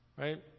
right